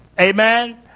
Amen